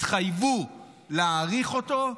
התחייבו להאריך אותו,